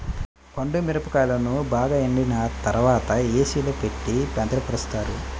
పండు మిరపకాయలను బాగా ఎండిన తర్వాత ఏ.సీ లో పెట్టి భద్రపరుస్తారు